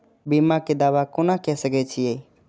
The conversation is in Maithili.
बीमा के दावा कोना के सके छिऐ?